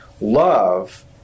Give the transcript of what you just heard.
love